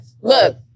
look